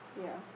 ya